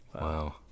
wow